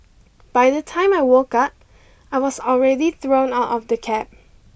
by the time I woke up I was already thrown out of the cab